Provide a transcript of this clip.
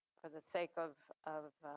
for the sake of